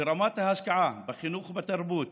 ורמת ההשקעה בחינוך ובתרבות